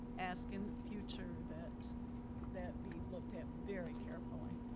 ask in the future that that be looked at very carefully.